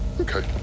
Okay